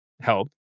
help